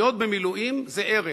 להיות במילואים זה ערך.